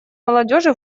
молодежи